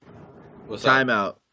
Timeout